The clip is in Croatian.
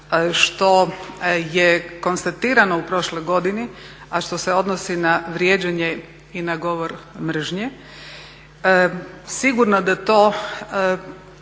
što je konstatirano u prošloj godini, a što se odnosi na vrijeđanje i govor mržnje. Sigurno da to